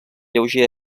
lleuger